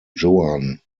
joan